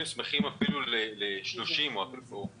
ונשמח אפילו יותר שזה יהיה 30 ימים.